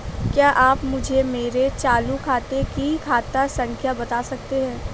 क्या आप मुझे मेरे चालू खाते की खाता संख्या बता सकते हैं?